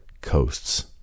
coasts